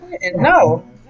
No